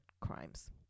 crimes